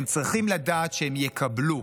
הם צריכים לדעת שהם יקבלו.